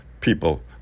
people